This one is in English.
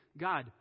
God